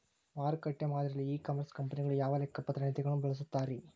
ಮಾರುಕಟ್ಟೆ ಮಾದರಿಯಲ್ಲಿ e commerce ಕಂಪನಿಗಳು ಯಾವ ಲೆಕ್ಕಪತ್ರ ನೇತಿಗಳನ್ನ ಬಳಸುತ್ತಾರಿ?